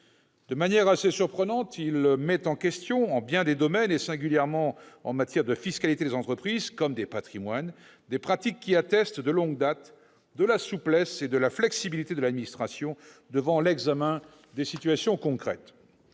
De manière assez surprenante, il met en question en bien des domaines, singulièrement en matière de fiscalité des entreprises et des patrimoines, des pratiques qui attestent de longue date de la souplesse et de la flexibilité de l'administration devant l'examen des situations concrètes.